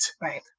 Right